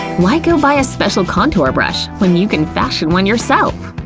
why go buy a special contour brush when you can fashion one yourself?